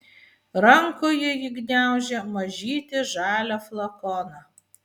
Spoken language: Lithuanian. rankoje ji gniaužė mažytį žalią flakoną